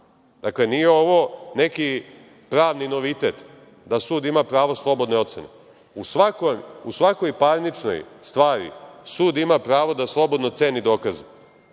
dokazi. Dakle, nije ovo neki pravni novitet, da sud ima pravo slobodne ocene, u svakoj parničnoj stvari sud ima prvo da slobodno ceni dokaze.